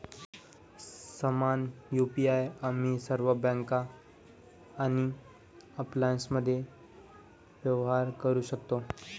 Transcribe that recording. समान यु.पी.आई आम्ही सर्व बँका आणि ॲप्समध्ये व्यवहार करू शकतो